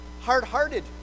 hard-hearted